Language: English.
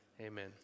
amen